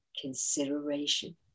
consideration